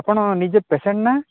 ଆପଣ ନିଜେ ପେସେଣ୍ଟ ନା